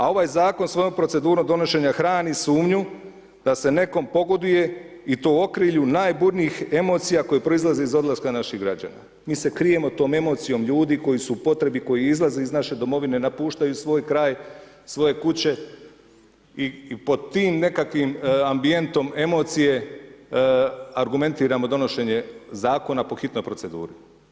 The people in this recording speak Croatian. A ovaj zakon svojom procedurom donošenja hrani sumnju da se nekom pogoduje i to okrilju najburnijih emocija koje proizlaze iz odlaska naših građana, mi se krijemo tom emocijom ljudi koji su u potrebi, koji izlaze iz naše domovine, napuštaju svoj kraj, svoje kuće i pod tim nekakvim ambijentom emocije argumentiramo donošenje zakona po hitnoj proceduri.